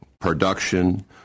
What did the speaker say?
production